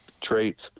traits